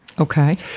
okay